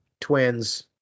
twins